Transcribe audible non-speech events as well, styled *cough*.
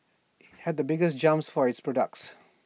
*noise* had the biggest jumps for its products